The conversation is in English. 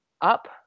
up